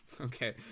okay